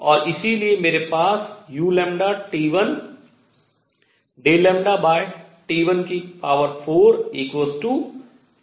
और इसलिए मेरे पास uΔλT14uλΔλT24 होगा